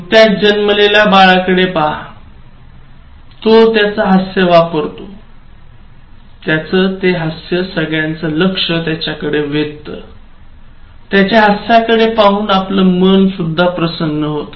नुकत्याच जन्मलेल्या बाळाकडे पहा तो त्याच हास्य वापरतो त्याच ते हसू सगळ्यांचं लक्ष त्याच्याकडे वेधत त्याच्या हास्यकडे पाहून आपलं मन प्रसन्न होत